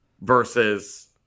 versus